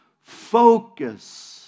focus